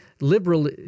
liberal